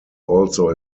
also